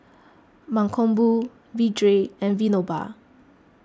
Mankombu Vedre and Vinoba